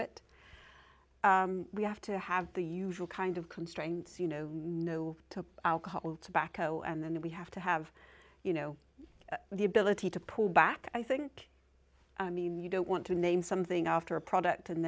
it we have to have the usual kind of constraints you know to alcohol tobacco and then we have to have you know the ability to pull back i think i mean you don't want to name something after a product and